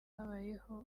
habayeho